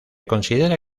considera